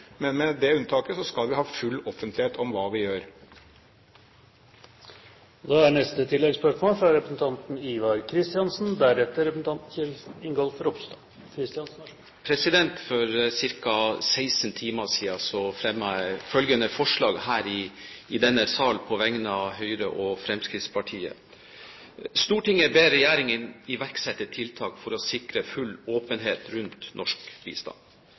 Men med det unntaket skal vi ha full offentlighet om hva vi gjør. Ivar Kristiansen – til oppfølgingsspørsmål. For ca. 16 timer siden fremmet jeg følgende forslag her i denne sal på vegne av Høyre og Fremskrittspartiet: «Stortinget ber regjeringen iverksette tiltak for å sikre full åpenhet rundt norsk bistand.» Dette forslaget ble dessverre nedstemt. Det burde ikke blitt det, for som hovedspørreren er inne på, så er 27 mrd. kr til bistand